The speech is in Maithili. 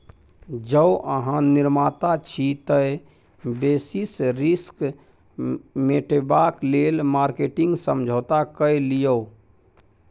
जौं अहाँ निर्माता छी तए बेसिस रिस्क मेटेबाक लेल मार्केटिंग समझौता कए लियौ